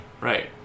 Right